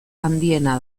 handiena